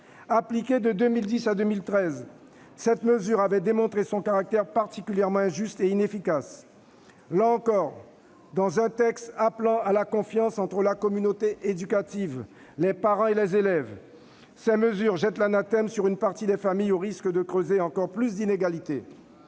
Appliquée de 2010 à 2013, cette mesure a déjà démontré son caractère particulièrement injuste et inefficace. Là encore, dans un texte appelant à la confiance entre la communauté éducative, les parents et les élèves, ces mesures jettent l'anathème sur une partie des familles, au risque de creuser plus encore les inégalités.